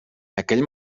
aquell